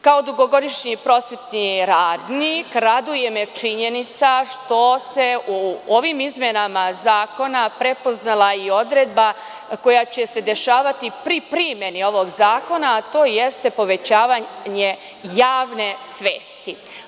Kao dugogodišnji prosvetni radnik, raduje me činjenica što se u ovim izmenama zakona prepoznala i odredba koja će se dešavati pri primeni ovog zakona, a to jeste povećavanje javne svesti.